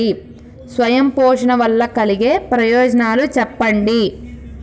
స్వయం పోషణ వల్ల కలిగే ప్రయోజనాలు చెప్పండి?